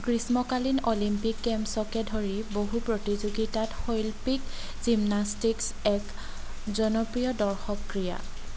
গ্ৰীষ্মকালীন অলিম্পিক গে'মছকে ধৰি বহু প্ৰতিযোগিতাত শৈল্পিক জিমনাষ্টিক্স এক জনপ্ৰিয় দৰ্শক ক্ৰীড়া